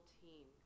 team